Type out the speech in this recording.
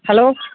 hello